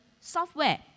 software